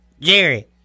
Jerry